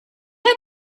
have